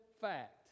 fact